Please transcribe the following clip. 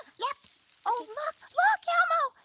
yeah oh look, look elmo!